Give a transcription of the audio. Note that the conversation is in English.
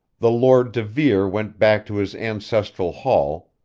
the lord de vere went back to his ancestral hall,